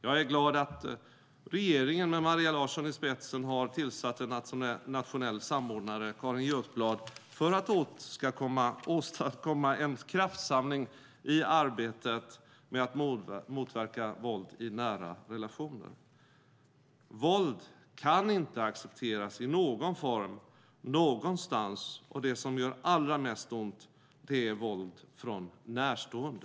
Jag är glad att regeringen med Maria Larsson i spetsen har tillsatt en nationell samordnare, Carin Götblad, för att åstadkomma en kraftsamling i arbetet med att motverka våld i nära relationer. Våld kan inte accepteras i någon form någonstans, och det som gör allra mest ont är våld från närstående.